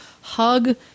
Hug